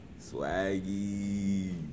swaggy